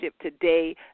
today